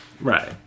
Right